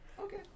okay